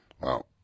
Wow